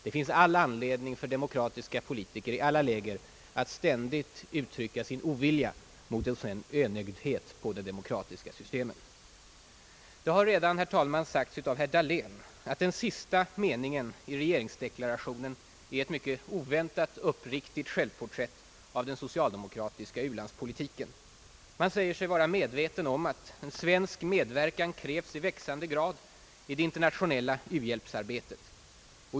Det finns all anledning för demokratiska politiker i alla läger att ständigt uttrycka sin ovilja mot en så dan enögdhet i synen på det demokratiska systemet. Det har redan sagts av herr Dahlén att den sista meningen i regeringsdeklarationen är ett mycket oväntat uppriktigt självporträtt av den socialdemokratiska u-landspolitiken. Man säger sig vara medveten om att »svensk medverkan krävs i växande grad i det internationella uhjälpsarbetet«.